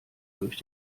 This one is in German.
durch